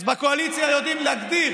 אז בקואליציה יודעים להגדיר